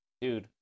Dude